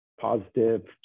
positive